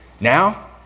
Now